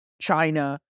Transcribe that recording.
China